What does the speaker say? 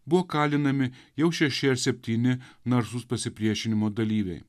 buvo kalinami jau šeši ar septyni narsūs pasipriešinimo dalyviai